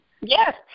Yes